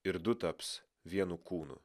ir du taps vienu kūnu